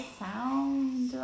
sound